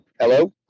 Hello